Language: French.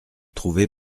trouvés